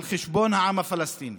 על חשבון העם הפלסטיני,